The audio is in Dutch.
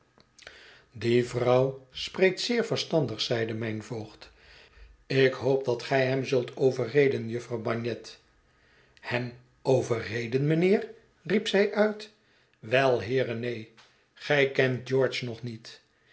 die vrouw spreekt zeer verstandig zeide mijn voogd ik hoop dat gij hem zult overhet verlaten huis reden jufvrouw bagnet hem overreden mijnheer riep zij uit wel heere neen gij kent george nog niet